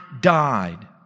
died